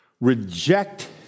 reject